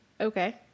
Okay